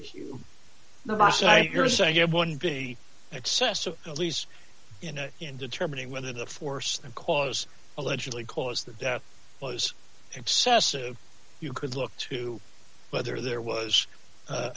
being excessive at least you know in determining whether the force and cause allegedly caused the death was excessive you could look to whether there was